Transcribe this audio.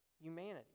humanity